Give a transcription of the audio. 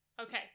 Okay